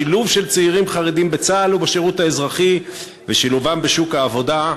שילוב של צעירים חרדים בצה"ל ובשירות האזרחי ושילובם בשוק העבודה.